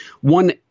One